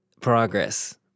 Progress